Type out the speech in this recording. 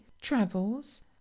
travels